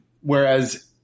whereas